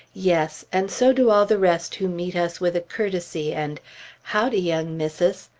yes! and so do all the rest who meet us with a courtesy and howd'y, young missus!